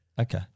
Okay